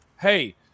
Hey